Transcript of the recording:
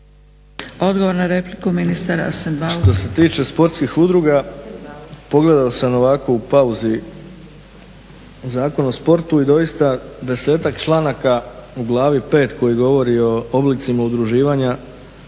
Odgovor na repliku ministar Arsen Bauk.